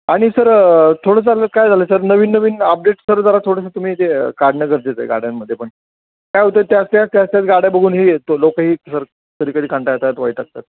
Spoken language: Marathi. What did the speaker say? आणि सर थोडंसं काय झालं आहे सर नवीन नवीन अपडेट सर जरा थोडंसं तुम्ही जे काढणं गरजेचं आहे गाड्यांमध्ये पण काय होत आहे त्याच त्याच त्याच त्याच गाड्या बघून हे येतो लोकंही सर कधी कधी कंटाळतात वैतागतात